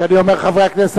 כשאני אומר "חברי הכנסת",